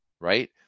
Right